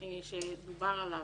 שדובר עליו.